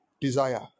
Desire